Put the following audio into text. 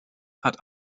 hat